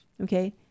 okay